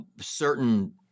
certain